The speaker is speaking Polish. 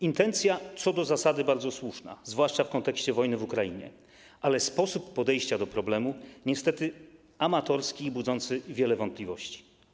Intencja co do zasady bardzo słuszna, zwłaszcza w kontekście wojny w Ukrainie, ale sposób podejścia do problemu niestety amatorski i budzący wiele wątpliwości.